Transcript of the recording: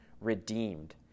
redeemed